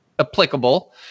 applicable